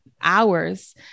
hours